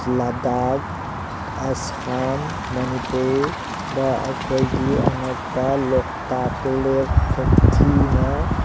ꯂꯗꯥꯛ ꯑꯁꯥꯝ ꯃꯅꯤꯄꯨꯔꯗ ꯑꯩꯈꯣꯏꯒꯤ ꯑꯉꯛꯄ ꯂꯣꯛꯇꯥꯛ ꯂꯦꯛ ꯐꯨꯝꯊꯤꯅ